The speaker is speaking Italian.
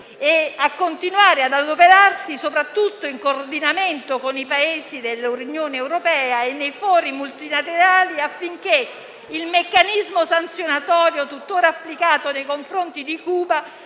e a continuare ad adoperarsi, soprattutto in coordinamento con i Paesi dell'Unione europea e nei fori multilaterali, affinché il meccanismo sanzionatorio, tutt'ora applicato nei confronti di Cuba,